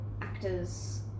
actors